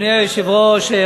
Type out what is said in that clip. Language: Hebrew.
אדוני היושב-ראש,